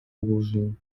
оружием